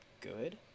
good